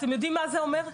אתם יודעים מה זה אומר?